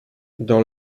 dans